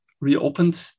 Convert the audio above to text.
reopened